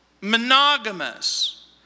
monogamous